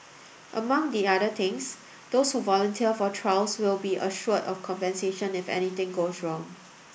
among the other things those who volunteer for trials will be assured of compensation if anything goes wrong